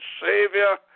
Savior